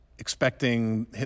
Expecting